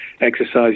exercise